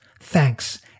Thanks